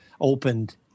opened